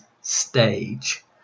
stage